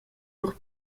lur